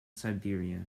siberia